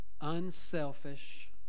unselfish